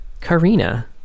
Karina